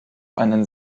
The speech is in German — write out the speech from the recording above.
einen